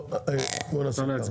בואו נעשה ככה.